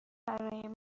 برای